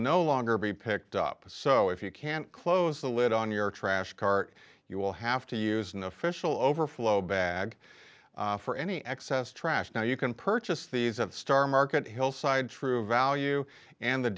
no longer be picked up so if you can't close the lid on your trash cart you will have to use an official overflow bag for any excess trash now you can purchase these at star market hillside true value and the